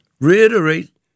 reiterate